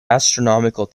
astronomical